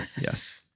Yes